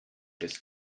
ist